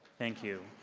thank you.